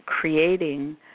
creating